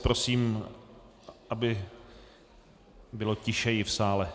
Prosím, aby bylo tišeji v sále.